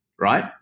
right